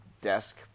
desk